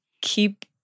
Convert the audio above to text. keep